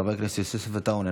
חבר הכנסת יוסף עטאונה,